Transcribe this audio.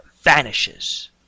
vanishes